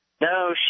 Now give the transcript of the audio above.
No